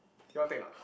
you want take or not